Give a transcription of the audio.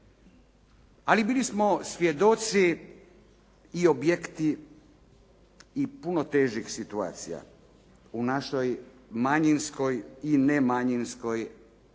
ali bili smo svjedoci i objekti i puno težih situacija u našoj manjinskoj i nemanjinskoj prošlosti.